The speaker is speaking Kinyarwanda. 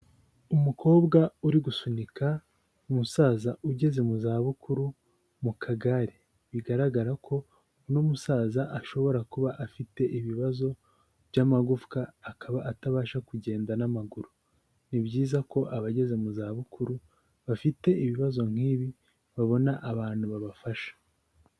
Umukobwa uri gusunika umusaza ugeze mu zabukuru mu kagare, bigaragara ko uno musaza ashobora kuba afite ibibazo bymagufwa akaba atabasha kugenda n'amaguru, ni byiza ko abageze mu zabukuru bafite ibibazo nk'ibi babona abantu babafasha.